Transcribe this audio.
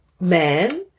man